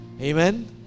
amen